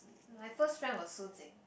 my first friend was Su Jing